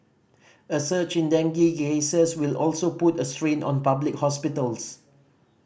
a surge in dengue cases will also put a strain on public hospitals